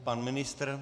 Pan ministr?